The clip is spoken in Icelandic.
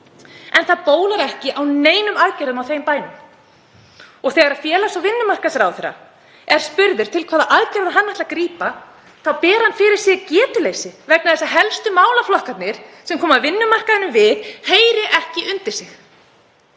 Það bólar ekki á neinum aðgerðum á þeim bænum og þegar félagsmála- og vinnumarkaðsráðherra er spurður til hvaða aðgerða hann ætli að grípa þá ber hann fyrir sig getuleysi vegna þess að helstu málaflokkarnir sem koma vinnumarkaðnum við heyri ekki undir hann.